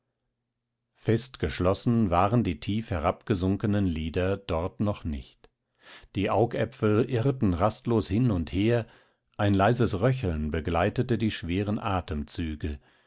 festgeschlossen waren die tief herabgesunkenen lider dort noch nicht die augäpfel irrten rastlos hin und her ein leises röcheln begleitete die schweren atemzüge